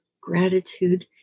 gratitude